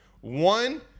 One –